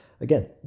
again